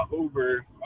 Uber